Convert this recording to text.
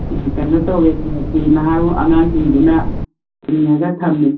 ꯀꯩꯅꯣ ꯇꯧꯋꯦ ꯀ꯭ꯂꯕꯀꯤ ꯅꯍꯥꯔꯣꯟ ꯑꯉꯥꯡꯁꯤꯡꯗꯨꯅ ꯊꯤꯡꯉꯒ ꯊꯝꯃꯤ